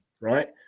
right